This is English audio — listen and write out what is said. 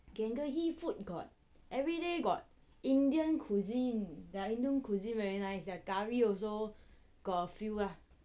gangehi food got everyday got indian cuisine their indian cusine very nice their curry also got a few lah